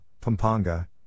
Pampanga